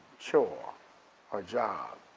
chore or job.